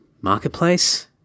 marketplace